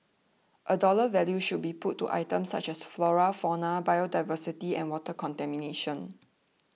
a dollar value should be put to items such as flora fauna biodiversity and water contamination